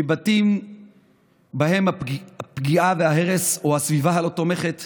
מבתים שבהם הפגיעה וההרס או הסביבה הלא-תומכת